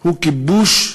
הוא כיבוש התנחלותי,